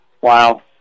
Wow